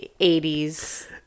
80s